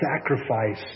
sacrifice